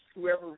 whoever